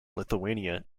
lithuania